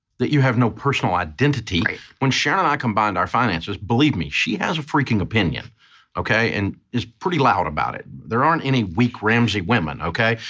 that you have no personal identity. when sharon and i combined our finances, believe me, she has a freaking opinion and is pretty loud about it. there aren't any weak ramsey women, okay?